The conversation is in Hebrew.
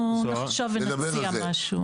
אנחנו נחשוב ונציע משהו.